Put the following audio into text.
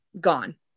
gone